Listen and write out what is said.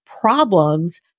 problems